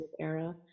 era